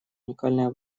уникальная